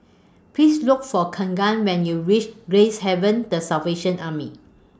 Please Look For Kegan when YOU REACH Gracehaven The Salvation Army